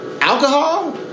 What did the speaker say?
Alcohol